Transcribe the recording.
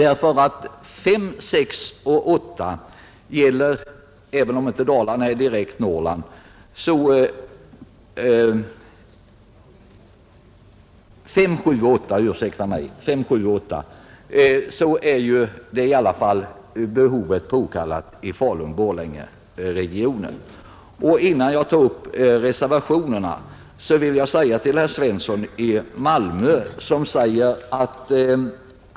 Även om Dalarna inte direkt hör till Norrland så finns det, anser reservanterna, behov av lokalisering till Falun—Borlänge-regionen. Innan jag går närmare in på reservationerna vill jag först säga ett par ord till herr Svensson i Malmö.